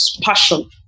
passion